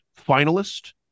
finalist